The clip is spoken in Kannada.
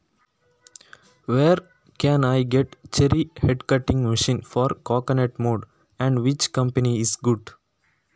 ತೆಂಗಿನ ಮೊಡ್ಲು, ಚೇರಿ, ಹೆಡೆ ಕೊಚ್ಚುವ ಮಷೀನ್ ಎಲ್ಲಿ ಸಿಕ್ತಾದೆ ಮತ್ತೆ ಯಾವ ಕಂಪನಿ ಒಳ್ಳೆದು?